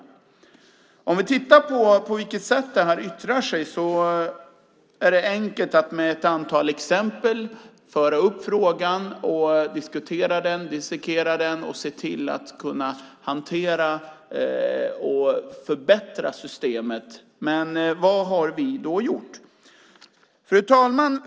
När det gäller på vilket sätt detta yttrar sig är det enkelt att mäta antalet exempel, föra upp frågan och diskutera den, dissekera den och se till att kunna hantera och förbättra systemet. Men vad har vi då gjort? Fru talman!